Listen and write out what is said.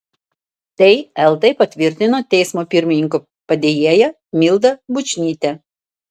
tai eltai patvirtino teismo pirmininko padėjėja milda bučnytė